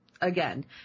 Again